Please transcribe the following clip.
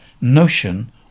notion